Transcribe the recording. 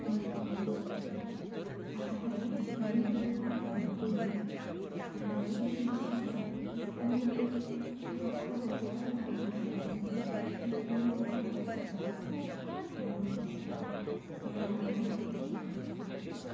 ह्यो प्रकल्प सुरू केला आतां ताणे अनेक लोकांक घरा बांदून दिल्यात आनी ताची अशी इत्सा आसा नक्कीच पूर्ण फक्त हो प्रकल्प काणकोणाक रावचो न्ही तर फुल्ल गोंयांक ताजी वाड जावची म्हूण तो त्रा त्या मार्गान तो प्रयत्न करता